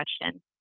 question